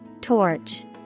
Torch